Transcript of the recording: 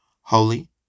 holy